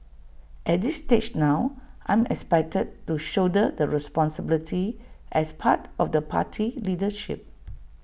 at this stage now I'm expected to shoulder the responsibility as part of the party leadership